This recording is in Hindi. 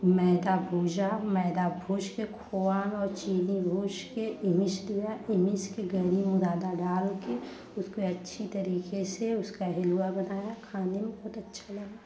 मैदा भुजा मैदा भुज कर खोया में और चीनी भुज कर मीस लिया मीस कर गर्मी में ज़्यादा डाल कर उसको अच्छे तरीके से उसका हलवा बनाया खाने में बहुत अच्छा लगा